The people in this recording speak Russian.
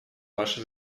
ваше